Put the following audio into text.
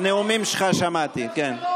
נאומים שלך שמעתי, כן.